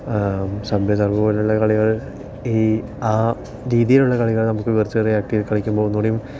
subway surfer പോലെയുള്ള കളികൾ ഈ ആ രീതിയിലുള്ള കളികൾ നമുക്ക് വിർച്വൽ റിയാലിറ്റിയിൽ കളിക്കുമ്പോൾ ഒന്ന് കൂടിയും